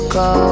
go